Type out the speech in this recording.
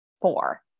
four